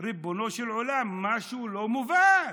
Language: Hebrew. ריבונו של עולם, משהו לא מובן,